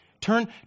Turn